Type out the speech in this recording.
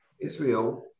Israel